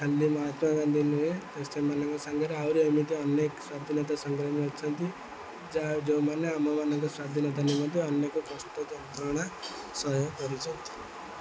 ଖାଲି ମହାତ୍ମା ଗାନ୍ଧୀ ନୁହେଁ ସେମାନଙ୍କ ସାଙ୍ଗରେ ଆହୁରି ଏମିତି ଅନେକ ସ୍ଵାଧୀନତା ସଂଗ୍ରାମୀ ଅଛନ୍ତି ଯାହା ଯେଉଁମାନେ ଆମମାନଙ୍କ ସ୍ଵାଧୀନତା ନିମନ୍ତେ ଅନେକ କଷ୍ଟ ଯନ୍ତ୍ରଣା ସହୟ କରିଛନ୍ତି